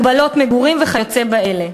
הגבלות מגורים וכיוצא באלה".